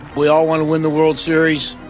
we all want to win the world series,